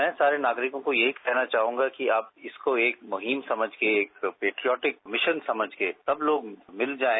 मैं सारे नागरिकों को यहीं कहना चाहुंगा कि आप इसको एक मुहिम समझ के एक पेटोटिक मिशन समझ के सब लोग मिल जाएं